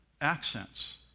accents